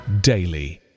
daily